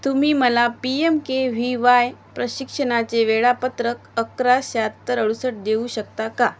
तुम्ही मला P M K V Y प्रशिक्षणाचे वेळापत्रक अकरा शहात्तर अडुसष्ट देऊ शकता का